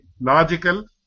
logical